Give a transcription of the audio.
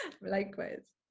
likewise